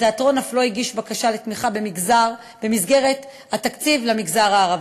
התיאטרון אף לא הגיש בקשה לתמיכה במסגרת התקציב למגזר הערבי.